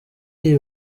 iyi